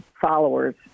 followers